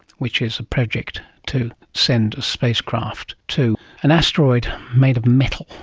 which is a project to send a spacecraft to an asteroid made of metal.